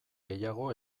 gehiago